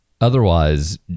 Otherwise